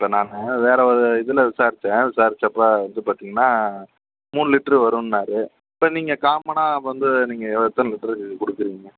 sir நான் வேறு ஒரு இதில் விசாரிச்சேன் விசாரிச்சப்போ வந்து பார்த்தீங்கன்னா மூணு லிட்ரு வருன்னார் இப்போ நீங்கள் காமனாக வந்து நீங்கள் எத்தனை லிட்ரு கொடுக்கறீங்க